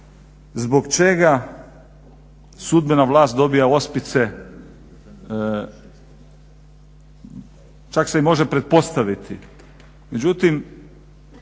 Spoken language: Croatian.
zbog čega sudbena vlast dobija ospice. Čak se može i pretpostaviti.